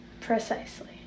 Precisely